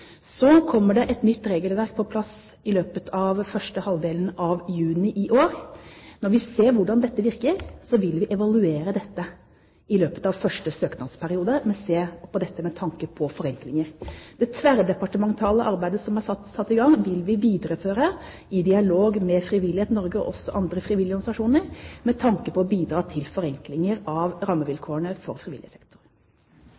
Så kommer det et nytt regelverk på plass i løpet av første halvdelen av juni i år. Når vi ser hvordan dette virker, vil vi i løpet av første søknadsperiode evaluere dette med tanke på forenklinger. Det tverrdepartementale arbeidet som er satt i gang, vil vi videreføre i dialog med Frivillighet Norge og også andre frivillige organisasjoner, med tanke på å bidra til forenklinger av